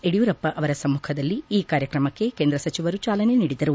ಯಡಿಯೂರಪ್ಪ ಅವರ ಸಮ್ಮಖಿದಲ್ಲಿ ಈ ಕಾರ್ಯಕ್ರಮಕ್ಕೆ ಕೇಂದ್ರ ಸಚಿವರು ಚಾಲನೆ ನೀಡಿದರು